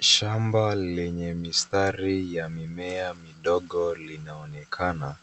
Shamba lenye mistari ya mimea midogo linaonekana